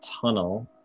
tunnel